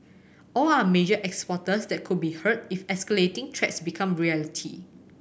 all are major exporters that could be hurt if escalating threats become reality